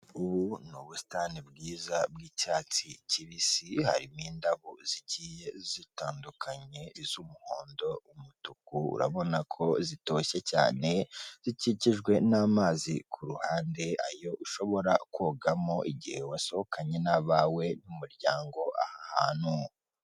Ubu nu ubusitani bwiza bwicyatsi kibisi, harimo indabo zigiye zitandukanye, iz'umuhondo, umutuku, urabona ko zitoshye cyane, zikikijwe n'amazi kuruhande, ayo ushobora kogamo igihe wasohokanye n'abawe n'umuryango aha ahantu.